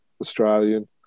Australian